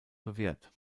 bewährt